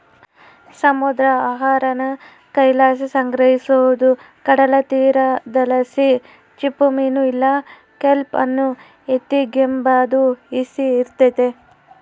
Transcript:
ಸಮುದ್ರ ಆಹಾರಾನ ಕೈಲಾಸಿ ಸಂಗ್ರಹಿಸೋದು ಕಡಲತೀರದಲಾಸಿ ಚಿಪ್ಪುಮೀನು ಇಲ್ಲ ಕೆಲ್ಪ್ ಅನ್ನು ಎತಿಗೆಂಬಾದು ಈಸಿ ಇರ್ತತೆ